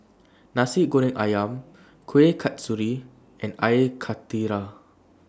Nasi Goreng Ayam Kueh Kasturi and Air Karthira